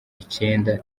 icenda